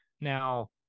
Now